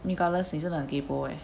regardless 你真的很 kaypoh eh